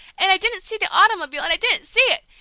and i didn't see the automobile, and i didn't see it!